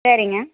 சரிங்க